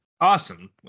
Awesome